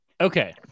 Okay